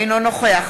אינו נוכח